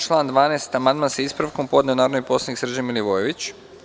Na član 12. amandman, sa ispravkom, podneo je narodni poslanik Srđan Milivojević.